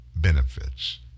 Benefits